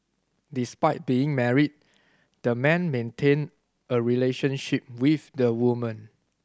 despite being married the man maintained a relationship with the woman